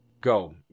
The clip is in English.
Go